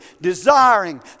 desiring